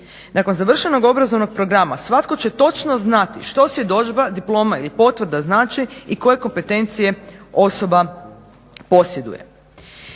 nakon završenog obrazovnog programa svatko će točno znati što svjedodžba, diploma ili potvrda znači i koje kompetencije osoba posjeduje.